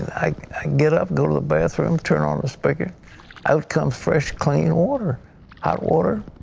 i get up, go to the bathroom, turn on the spec it outcomes fresh clean water hot water,